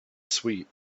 sweet